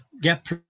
get